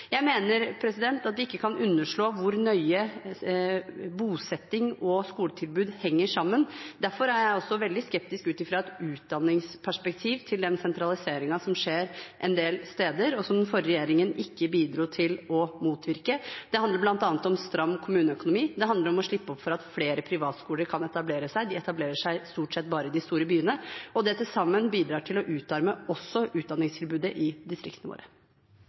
Jeg mener at vi ikke kan underslå hvor nøye bosetting og skoletilbud henger sammen. Derfor er jeg også ut fra et utdanningsperspektiv veldig skeptisk til den sentraliseringen som skjer en del steder, og som den forrige regjeringen ikke bidro til å motvirke. Det handler bl.a. om stram kommuneøkonomi. Det handler om å slippe opp for at flere privatskoler kan etablere seg. De etablerer seg stort sett bare i de store byene. Det til sammen bidrar til å utarme også utdanningstilbudet i distriktene våre.